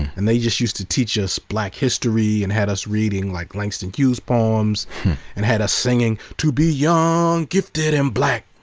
and they just used to teach us black history and had us reading like langston hughes poems and had us singing to be young gifted and black,